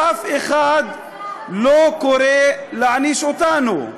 ואף אחד לא קורא להעניש אותנו.